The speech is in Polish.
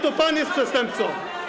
To pan jest przestępcą.